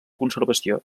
conservació